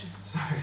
Sorry